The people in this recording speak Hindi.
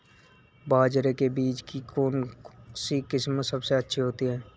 बाजरे के बीज की कौनसी किस्म सबसे अच्छी होती है?